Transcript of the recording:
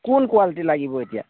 কোন কোৱালিটীৰ লাগিব এতিয়া